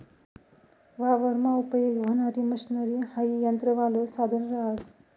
वावरमा उपयेग व्हणारी मशनरी हाई यंत्रवालं साधन रहास